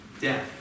death